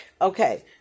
Okay